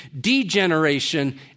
degeneration